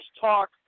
talk